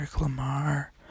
Lamar